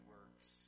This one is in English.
works